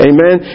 Amen